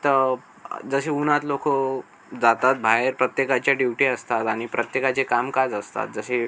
तर जसे उन्हात लोकं जातात बाहेर प्रत्येकाच्या ड्युट्या असतात आणि प्रत्येकाचे कामकाज असतात जसे